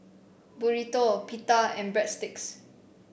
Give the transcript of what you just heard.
Burrito Pita and Breadsticks